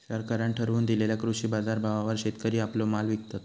सरकारान ठरवून दिलेल्या कृषी बाजारभावावर शेतकरी आपलो माल विकतत